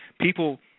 People